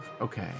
Okay